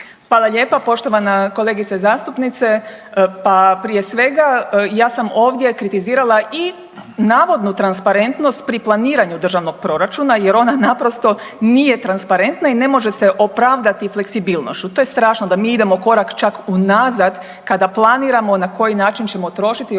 Hvala lijepa poštovana kolegice zastupnice. Pa prije svega, ja sam ovdje kritizirala i navodnu transparentnost pri planiranju državnog proračuna jer ona naprosto nije transparentna i ne može se opravdati fleksibilnošću. To je strašno da mi idemo korak čak unazad kada planiramo na koji način ćemo trošiti odnosno